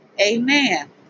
Amen